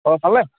খবৰ ভালনে